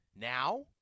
Now